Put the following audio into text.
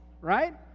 right